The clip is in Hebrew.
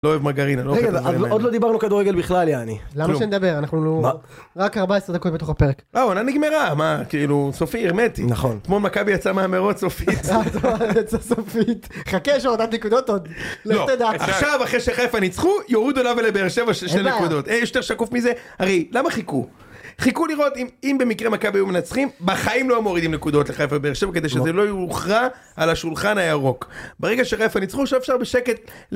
לא אוהב מרגרינה. עוד לא דיברנו כדורגל בכלל, יעני. למה שנדבר, אנחנו לא... רק 14 דקות בתוך הפרק. אה, העונה נגמרה, מה, כאילו, סופי הרמטי. נכון. כמו מכבי יצאה מהמרוץ סופית. יצא מהמרוץ סופית. חכה, יש הורדת נקודות עוד. לא, עכשיו, אחרי שחיפה ניצחו, יורידו לה ולבאר שבע שתי נקודות. יש יותר שקוף מזה. הרי, למה חיכו? חיכו לראות אם במקרה מכבי היו מנצחים. בחיים לא מורידים נקודות לחיפה באר שבע, כדי שזה לא יוכרע על השולחן הירוק. ברגע שחיפה ניצחו, עכשיו אפשר בשקט.